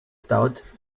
stout